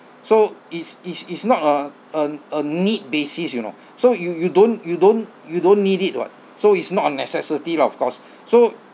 so it's it's it's not a a a need basis you know so you you don't you don't you don't need it [what] so it's not a necessity lah of course so